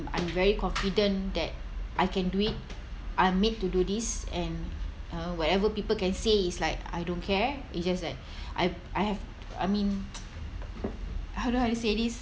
I am very confident that I can do it I'm made to do this and uh whatever people can say it's like I don't care it's just like I I have I mean how do I say this